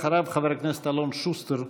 אחריו, חבר הכנסת אלון שוסטר.